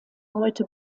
heute